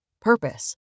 purpose